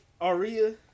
Aria